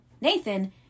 nathan